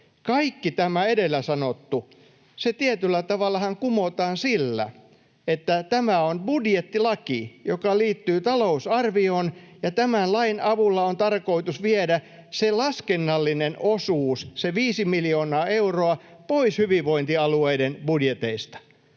Kaikki tämä edellä sanottu tietyllä tavallahan kumotaan sillä, että tämä on budjettilaki, joka liittyy talousarvioon, ja tämän lain avulla on tarkoitus viedä se laskennallinen osuus, se viisi miljoonaa euroa, pois hyvinvointialueiden budjeteista.